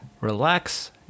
relax